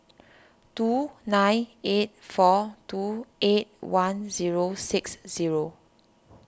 two nine eight four two eight one zero six zero